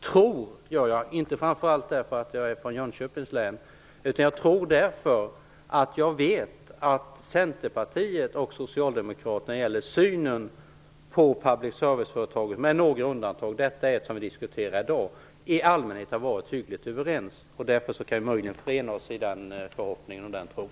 Tror gör jag, inte framför allt därför att jag är från Jönköping, utan därför att jag vet att Centerpartiet och Socialdemokraterna när det gäller synen på public serviceföretagen - med några undantag; detta är ett som vi diskuterar i dag - i allmänhet har varit hyggligt överens. Därför kan vi möjligen förena oss i den förhoppningen och den tron.